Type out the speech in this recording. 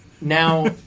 Now